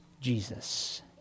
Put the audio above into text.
Jesus